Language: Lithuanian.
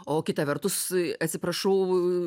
o kita vertus atsiprašau